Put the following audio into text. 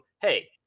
hey